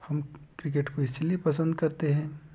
हम क्रिकेट को इसीलिए पसंद करते हैं